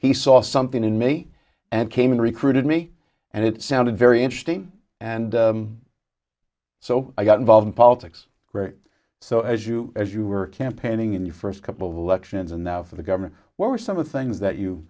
he saw something in me and came in recruited me and it sounded very interesting and so i got involved in politics so as you as you were campaigning in the first couple of elections and now for the government what were some of the things that you